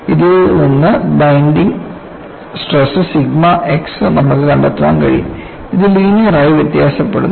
ഇതിൽ നിന്ന് bending stress sigma x നമുക്ക് കണ്ടെത്താൻ കഴിയും ഇത് ലീനിയർ ആയി വ്യത്യാസപ്പെടുന്നു